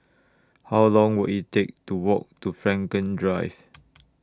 How Long Will IT Take to Walk to Frankel Drive